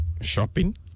shopping